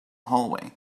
hallway